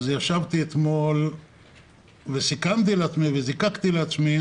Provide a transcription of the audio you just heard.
אתמול סיכמתי לעצמי וזיקקתי לעצמי